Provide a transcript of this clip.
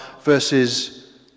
verses